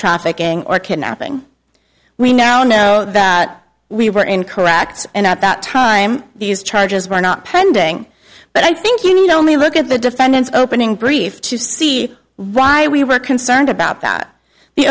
trafficking or kidnapping we now know that we were incorrect and at that time these charges were not pending but i think you need only look at the defendant's opening brief to see why we were concerned about that the